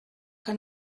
que